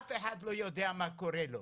שאף אחד לא יודע מה קורה לו.